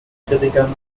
kritikern